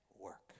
work